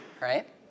right